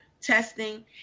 Testing